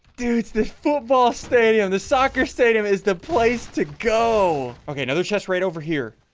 dude, this football stadium. the soccer stadium is the place to go. okay now there's just right over here